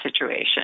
situation